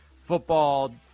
football